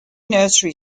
nursery